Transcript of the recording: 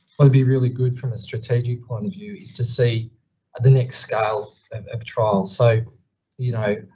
what would be really good from a strategic point of view is to see the next scale and of trials. so you know,